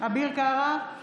אביר קארה,